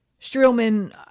Streelman